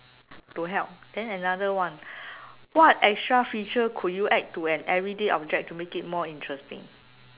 to help then another one what extra feature could you add to an everyday object to make it more interesting